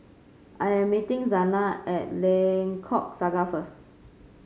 I am meeting Zana at Lengkok Saga first